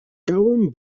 gabhaim